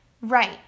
Right